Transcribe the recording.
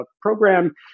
program